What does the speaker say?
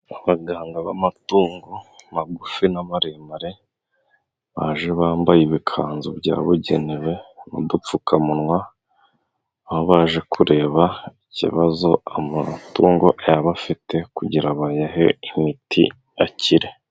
Abaganga b'amatungo magufi n'amaremare baje bambaye ibikanzu byabugenewe n'udupfukamunwa, aho baje kureba ikibazo amatungo yaba afite kugira bayahe imiti akire.